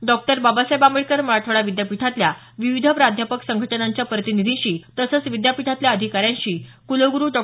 doctor Babasaheb Ambedkar Marathwada विद्यापीठातल्या विविध प्राध्यापक संघटनांच्या प्रतिनिधींशी तसंच विद्यापीठातील अधिकाऱ्यांशी कुलगुरू डॉ